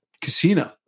casino